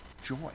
joy